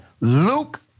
Luke